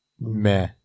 Meh